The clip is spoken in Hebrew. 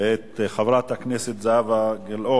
את חברת הכנסת זהבה גלאון.